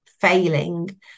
failing